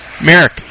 Merrick